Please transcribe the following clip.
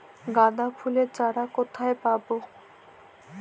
গাঁদা ফুলের চারা কোথায় পাবো?